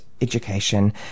education